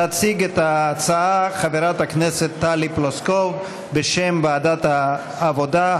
תציג את ההצעה חברת הכנסת טלי פלוסקוב בשם ועדת העבודה,